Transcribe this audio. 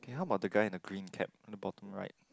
okay how about the guy in the green cap the bottom right